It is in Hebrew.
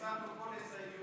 הסרנו את כל ההסתייגויות.